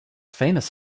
famous